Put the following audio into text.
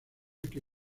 que